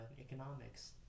economics